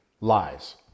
lies